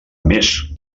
més